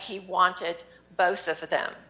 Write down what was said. he wanted both of them